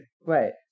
Right